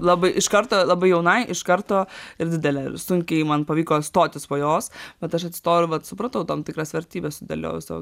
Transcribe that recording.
labai iš karto labai jaunai iš karto ir didelę ir sunkiai man pavyko stotis po jos bet aš atsistojau ir vat supratau tam tikras vertybes sudėliojau sau